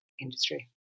industry